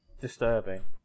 disturbing